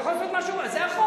הוא יכול לעשות מה שהוא, זה החוק.